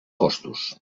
costos